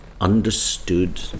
understood